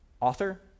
author